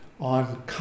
on